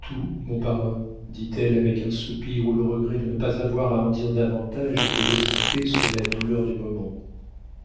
tout mon parrain dit-elle avec un soupir où le regret de ne pas avoir à en dire davantage était étouffé sous la douleur du moment